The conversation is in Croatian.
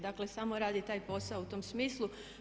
Dakle samo radi taj posao u tom smislu.